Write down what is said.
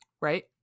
Right